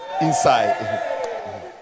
inside